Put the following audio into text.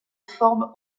forme